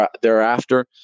thereafter